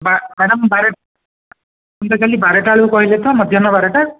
madam ବାର ମୁଁ ପଚାରିଲି ବାରଟା ବେଳକୁ କହିଲେ ତ ମଧ୍ୟାହ୍ନ ବାରଟା